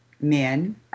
men